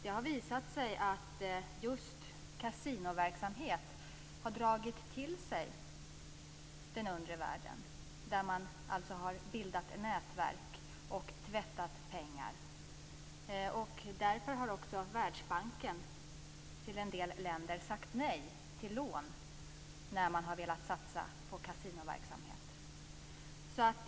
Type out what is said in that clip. Det har visat sig att just kasinoverksamhet har dragit till sig den undre världen. Man har alltså bildat nätverk och tvättat pengar. Därför har också Världsbanken sagt nej till lån till en del länder, när man har velat satsa på kasinoverksamhet.